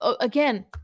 again